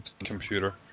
computer